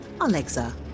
Alexa